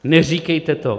Neříkejte to.